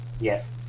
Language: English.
Yes